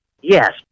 yes